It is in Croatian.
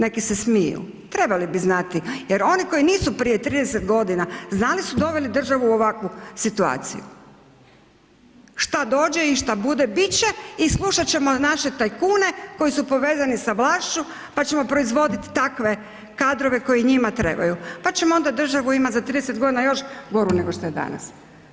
Neki se smiju, trebali bi znati jer oni koji nisu prije 30 godina, znali su, doveli državu u ovakvu situaciju, što dođe i što bude, bit će i slušat ćemo naše tajkune koji su povezani sa vlašću pa ćemo proizvoditi takve kadrove koji njima trebaju pa ćemo onda državu imati za 30 godina još goru nešto što je danas.